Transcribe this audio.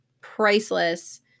priceless